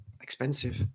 Expensive